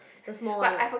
the small one ah